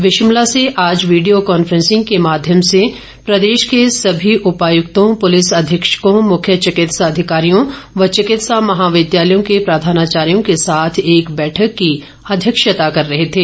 वे शिमला से आज video conferencing माध्यम से प्रदेश के ॅसमी उपायुक्तों पुलिस अधीक्षकों मुख्य चिकित्सा अधिकारियों व चिकित्सा महाविद्यालयों के प्रधानाचायोँ के साथ एक बैठक की अध्यक्षता कर रहे थे